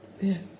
Yes